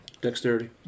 Dexterity